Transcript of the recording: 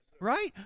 Right